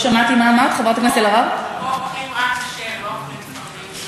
פה אוכלים רק כשר, לא אוכלים צפרדעים.